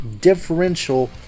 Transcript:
Differential